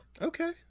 Okay